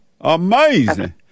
Amazing